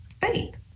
faith